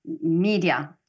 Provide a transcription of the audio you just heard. media